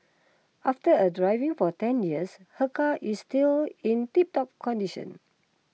after a driving for ten years her car is still in tip top condition